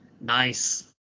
Nice